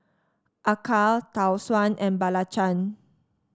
acar Tau Suan and belacan